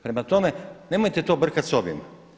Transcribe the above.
Prema tome, nemojte to brkat s ovim.